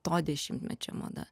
to dešimtmečio mada